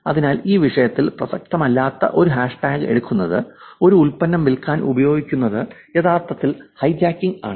അതിനാൽ ഈ വിഷയത്തിന് പ്രസക്തമല്ലാത്ത ഒരു ഹാഷ്ടാഗ് എടുക്കുന്നത് ഒരു ഉൽപ്പന്നം വിൽക്കാൻ ഉപയോഗിക്കുന്നത് യഥാർത്ഥത്തിൽ ഹൈജാക്കിംഗ് ആണ്